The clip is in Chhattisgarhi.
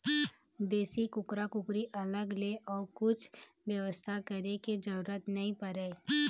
देसी कुकरा कुकरी अलग ले अउ कछु बेवस्था करे के जरूरत नइ परय